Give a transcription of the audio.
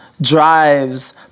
drives